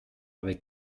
avec